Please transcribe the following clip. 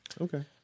Okay